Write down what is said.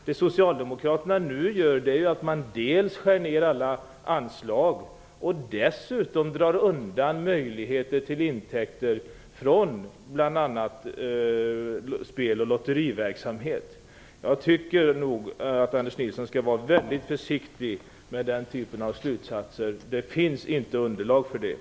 Det socialdemokraterna nu gör är att man dels skär ner alla anslag, dels drar undan möjligheten till intäkter från bl.a. spel och lotteriverksamhet. Jag tycker nog att Anders Nilsson skall vara väldigt försiktig med den typen av slutsatser. Det finns inte underlag för sådana.